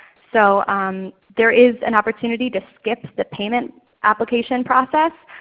so um there is an opportunity to skip the payment application process.